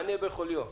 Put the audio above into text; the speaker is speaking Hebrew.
מנה בכל יום.